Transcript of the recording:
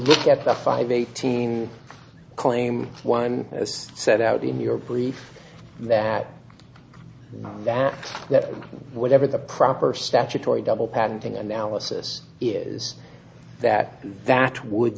look at the five eighteen claim one as set out in your belief that that that whatever the proper statutory double patenting analysis is that that would